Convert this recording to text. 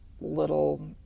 little